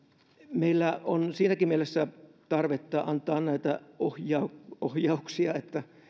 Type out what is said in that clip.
meillä on siinäkin mielessä tarvetta antaa näitä ohjauksia ohjauksia että